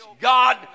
God